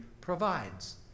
provides